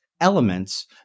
elements